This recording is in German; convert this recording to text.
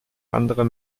andere